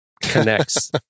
connects